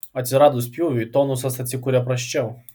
atsiradus pjūviui tonusas atsikuria prasčiau